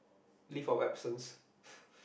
leave of absence